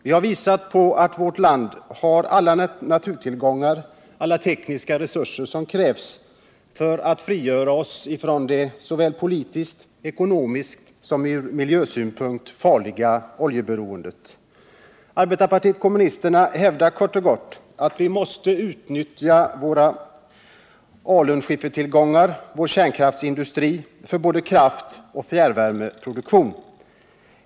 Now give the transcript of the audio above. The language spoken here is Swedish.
Vi har visat på att vårt land har alla naturtillgångar, alla tekniska resurser som krävs för att frigöra oss från det såväl politiskt och ekonomiskt som ur miljösynpunkt farliga oljeberoendet. Arbetarpartiet kommunisterna hävdar kort och gott att vi måste utnyttja våra alunskiffertillgånger och vår kärnkraftsindustri för både kraftoch värmeproduktion.